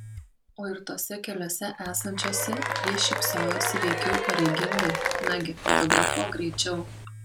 o ir tose keliose esančiose ji šypsojosi veikiau pareigingai nagi fotografuok greičiau